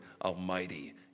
Almighty